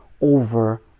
over